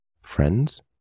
Friends